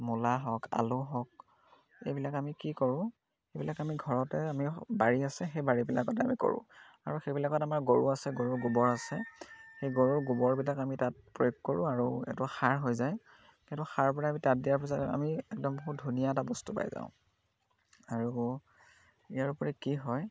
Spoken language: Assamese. মূলা হওক আলু হওক এইবিলাক আমি কি কৰোঁ এইবিলাক আমি ঘৰতে আমি বাৰী আছে সেই বাৰীবিলাকতে আমি কৰোঁ আৰু সেইবিলাকত আমাৰ গৰু আছে গৰুৰ গোবৰ আছে সেই গৰুৰ গোবৰবিলাক আমি তাত প্ৰয়োগ কৰোঁ আৰু এইটো সাৰ হৈ যায় সেইটো সাৰ পৰা আমি তাত দিয়াৰ পিছত আমি একদম খুব ধুনীয়া এটা বস্তু পাই যাওঁ আৰু ইয়াৰ উপৰি কি হয়